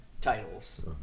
titles